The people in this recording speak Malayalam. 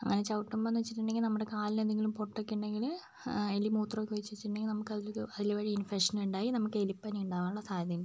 അങ്ങനെ ചവിട്ടുമ്പോളെന്ന് വെച്ചിട്ടുണ്ടെങ്കില് നമ്മുടെ കാലില് എന്തെങ്കിലും പൊട്ടൊക്കെയുണ്ടെങ്കില് എലി മൂത്രമൊക്കെ ഒഴിച്ചുവെച്ചിട്ടുണ്ടെങ്കില് നമുക്ക് അതുവഴി ഇൻഫെക്ഷനുണ്ടായി നമുക്ക് എലിപ്പനിയുണ്ടാകാനുള്ള സാധ്യതയുണ്ട്